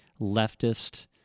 leftist